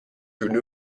through